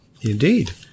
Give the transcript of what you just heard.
Indeed